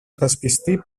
υπασπιστή